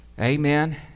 Amen